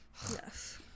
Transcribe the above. Yes